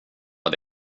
var